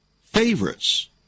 favorites